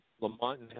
Lamont